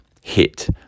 hit